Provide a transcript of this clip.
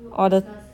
orh then